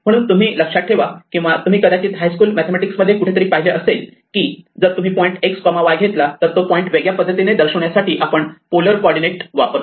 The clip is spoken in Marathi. म्हणून तुम्ही लक्षात ठेवा किंवा तुम्ही कदाचित हायस्कूल मॅथेमॅटिक्स मध्ये कुठेतरी पाहिले असेल की जर तुम्ही पॉईंट x y घेतला तर तो पॉइंट वेगळ्या पद्धतीने दर्शविण्यासाठी आपण पोलर कॉर्डीनेट वापरतो